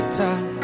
top